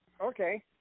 Okay